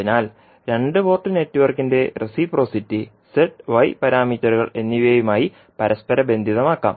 അതിനാൽ രണ്ട് പോർട്ട് നെറ്റ്വർക്കിന്റെ റെസിപ്രോസിറ്റി z y പാരാമീറ്ററുകൾ എന്നിവയുമായി പരസ്പരബന്ധിതമാക്കാം